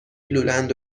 لولند